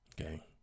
okay